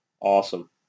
awesome